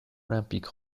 olympique